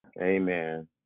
amen